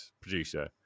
producer